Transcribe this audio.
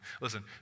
Listen